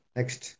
Next